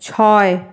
ছয়